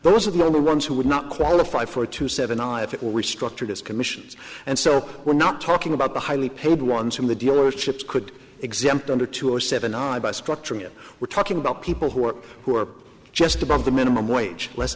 those are the ones who would not qualify for two seven i if it were restructured as commissions and so we're not talking about the highly paid ones from the dealerships could exempt under two or seven i by structuring it we're talking about people who are who are just above the minimum wage less